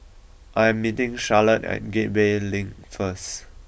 I am meeting Charolette at Gateway Link first